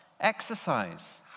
Exercise